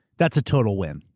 that's a total win.